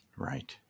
Right